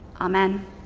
Amen